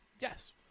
yes